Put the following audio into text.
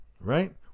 right